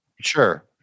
Sure